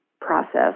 process